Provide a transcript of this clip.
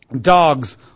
Dogs